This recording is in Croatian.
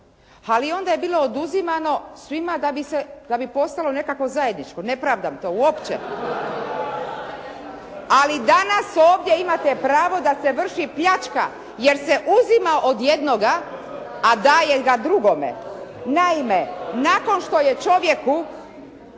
ali onda je bilo oduzimano svima da bi postalo nekakvo zajedničko. Ne pravdam to uopće. Ali danas ovdje imate pravo da se vrši pljačka jer se uzima od jednoga a daje ga drugome. Naime, nakon što je čovjek